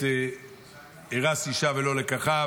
את "ארש אישה ולא לקחה",